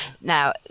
Now